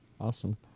awesome